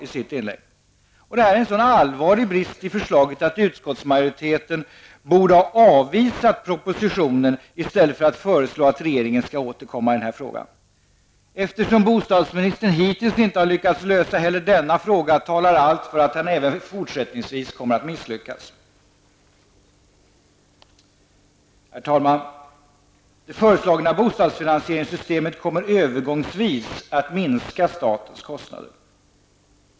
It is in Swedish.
Detta är en så allvarlig brist i förslaget att utskottsmajoriteten borde ha avvisat propositionen i stället för att föreslå att regeringen skall återkomma i denna fråga. Eftersom bostadsministern hittills inte har lyckats lösa heller denna fråga talar allt för att han även fortsättningsvis kommer att misslyckas. Herr talman! Det föreslagna bostadsfinansieringssystemet kommer övergångsvis att minska statens kostnader.